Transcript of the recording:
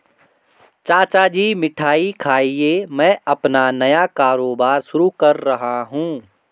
चाचा जी मिठाई खाइए मैं अपना नया कारोबार शुरू कर रहा हूं